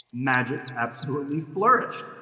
magic absolutely flourished.